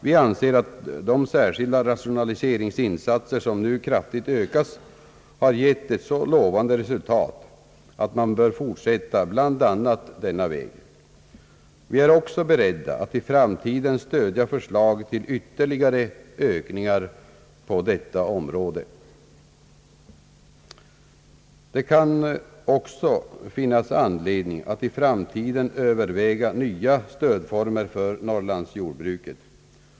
Vi anser att de särskilda rationaliseringsinsatser, som nu kraftigt ökas, har givit ett så lovande resultat att man bör fortsätta bl.a. på denna väg. Vi är också beredda att i framtiden stödja förslag till ytterligare ökningar på detta område. Det kan även finnas anledning att i framtiden överväga nya stödformer för norrlandsjordbruket.